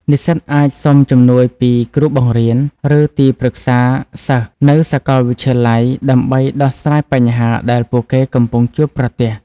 និស្សិតអាចសុំជំនួយពីគ្រូបង្រៀន ឬទីប្រឹក្សាសិស្សនៅសាកលវិទ្យាល័យដើម្បីដោះស្រាយបញ្ហាដែលពួកគេកំពុងជួបប្រទះ។